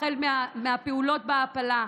החל מהפעולות בהעפלה,